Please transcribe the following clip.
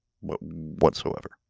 whatsoever